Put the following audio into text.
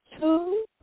two